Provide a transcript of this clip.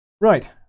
Right